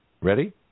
Ready